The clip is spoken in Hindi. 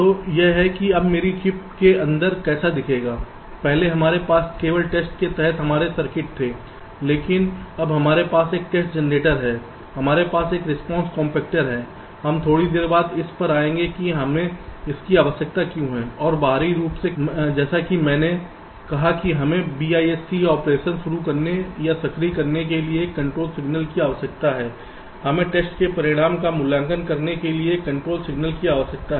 तो यह है कि अब मेरी चिप के अंदर कैसा दिखेगा पहले हमारे पास केवल टेस्ट के तहत हमारे सर्किट थे लेकिन अब हमारे पास एक टेस्ट जनरेटर है हमारे पास एक रिस्पांस कम्पेक्टर है हम थोड़ी देर बाद इस पर आएंगे कि हमें इसकी आवश्यकता क्यों है और बाहरी रूप से जैसा कि मैंने कहा कि हमें BIST ऑपरेशन शुरू करने या सक्रिय करने के लिए एक कंट्रोल सिगनल की आवश्यकता है और हमें टेस्ट के परिणाम का मूल्यांकन करने के लिए एक कंट्रोल सिगनल की आवश्यकता है